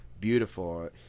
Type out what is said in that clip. beautiful